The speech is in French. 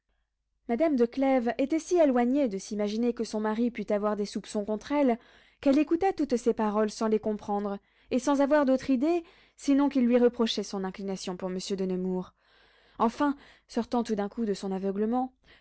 madame de clèves était si éloignée de s'imaginer que son mari pût avoir des soupçons contre elle qu'elle écouta toutes ces paroles sans les comprendre et sans avoir d'autre idée sinon qu'il lui reprochait son inclination pour monsieur de nemours enfin sortant tout d'un coup de son aveuglement